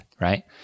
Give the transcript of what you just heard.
right